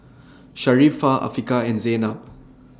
Sharifah Afiqah and Zaynab